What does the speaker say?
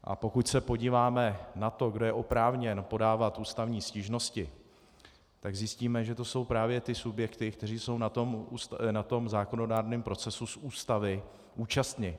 A pokud se podíváme na to, kdo je oprávněn podávat ústavní stížnosti, tak zjistíme, že to jsou právě ty subjekty, které jsou na tom zákonodárném procesu z Ústavy účastni.